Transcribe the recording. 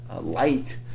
light